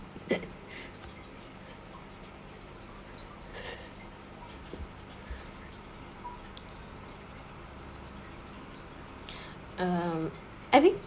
um I think